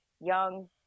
young